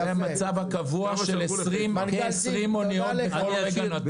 זה המצב הקבוע של כ-20 אוניות בכל רגע נתון.